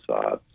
sides